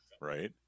right